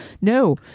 No